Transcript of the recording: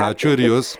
ačiū ir jus